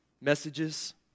messages